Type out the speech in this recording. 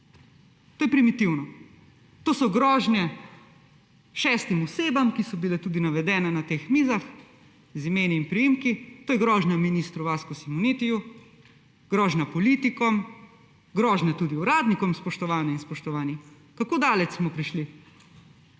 To je primitivno. To so grožnje šestim osebam, ki so bile tudi navedene na teh mizah z imeni in priimki, to je grožnja ministru Vasku Simonitiju, grožnja politikom, grožnja tudi uradnikom, spoštovane in spoštovani. Kako daleč smo prišli?